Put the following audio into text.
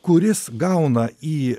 kuris gauna į